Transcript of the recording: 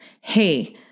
hey